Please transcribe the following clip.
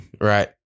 Right